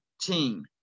team